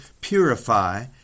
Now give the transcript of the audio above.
purify